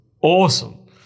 awesome